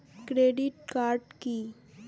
Credit card key?